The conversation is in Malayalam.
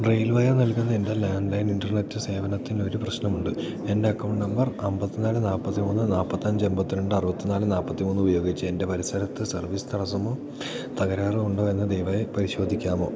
റെയിൽവയർ നൽകുന്ന എൻ്റെ ലാൻഡ്ലൈൻ ഇൻ്റർനെറ്റ് സേവനത്തിനൊരു പ്രശ്നമുണ്ട് എൻ്റെ അക്കൗണ്ട് നമ്പർ അമ്പത്തിനാല് നാൽപ്പത്തിമൂന്ന് നാൽപ്പത്തഞ്ച് പന്ത്രണ്ട് അറുപത്തിനാല് നാൽപ്പത്തിമൂന്ന് ഉപയോഗിച്ച് എൻ്റെ പരിസരത്ത് സർവീസ് തടസ്സമോ തകരാറോ ഉണ്ടോ എന്ന് ദയവായി പരിശോധിക്കാമോ